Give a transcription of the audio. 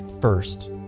first